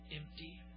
Empty